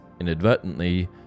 inadvertently